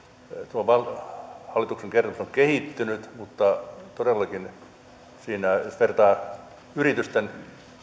tuo hallituksen kertomus on kehittynyt mutta todellakin jos vertaa yritysten